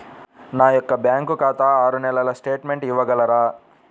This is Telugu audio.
నా యొక్క బ్యాంకు ఖాతా ఆరు నెలల స్టేట్మెంట్ ఇవ్వగలరా?